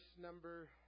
number